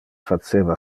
faceva